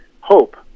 hope